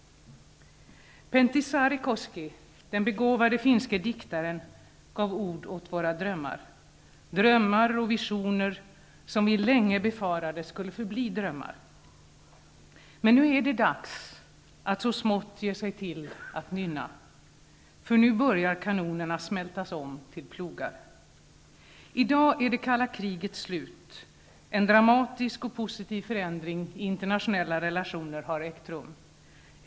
Pentti Sarrikoski, den begåvade finske diktaren, gav ord åt våra drömmar. Drömmar och visioner, som vi länge befarade skulle förbli drömmar. Men nu är det dags att så smått ge sig till att nynna. För nu börjar kanonerna smältas om till plogar. I dag är det kalla kriget slut. En dramatisk och positiv förändring i internationella relationer har ägt rum.